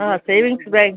ಹಾಂ savings bank